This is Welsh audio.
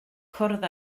cwrdd